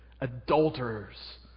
adulterers